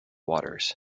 waters